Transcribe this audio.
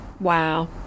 wow